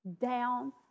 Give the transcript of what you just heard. down